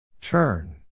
Turn